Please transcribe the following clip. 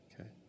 okay